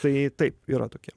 tai taip yra tokie